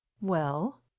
Well